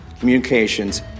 Communications